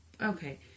Okay